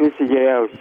viso geriausio